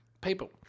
people